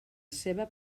ceba